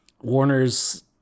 Warner's